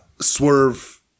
swerve